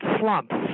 slumps